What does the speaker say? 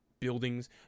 buildings